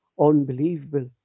unbelievable